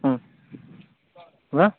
अँ ल